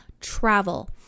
travel